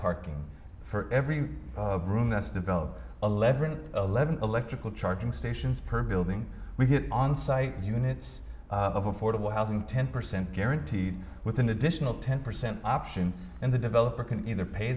parking for every room that's developed eleven eleven electrical charging stations per building we get on site units of affordable housing ten percent guaranteed with an additional ten percent option and the developer can either pay